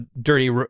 dirty